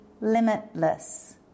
limitless